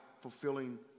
fulfilling